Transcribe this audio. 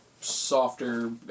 softer